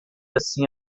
assim